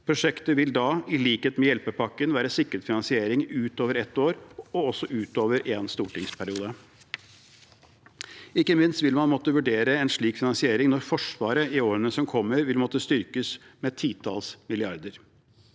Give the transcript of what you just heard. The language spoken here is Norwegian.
Prosjekter vil da, i likhet med hjelpepakken, være sikret finansiering utover ett år, og også utover én stortingsperiode. Ikke minst vil man måtte vurdere en slik finansiering når Forsvaret i årene som kommer, vil måtte styrkes med titalls milliarder